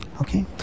Okay